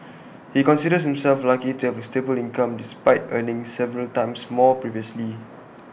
he considers himself lucky to have A stable income despite earning several times more previously